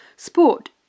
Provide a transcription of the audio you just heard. Sport